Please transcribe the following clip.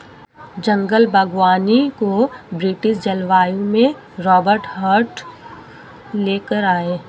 जंगल बागवानी को ब्रिटिश जलवायु में रोबर्ट हार्ट ले कर आये